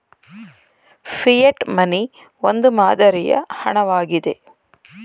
fiat money ಒಂದು ಮಾದರಿಯ ಹಣ ವಾಗಿದೆ